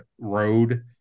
road